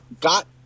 got